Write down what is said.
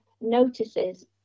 notices